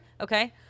okay